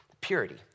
Purity